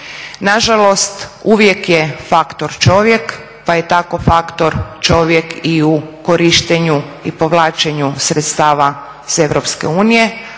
Nažalost uvijek je faktor čovjek pa je tako faktor čovjek i u korištenju i povlačenju sredstava iz